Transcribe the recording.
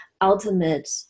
ultimate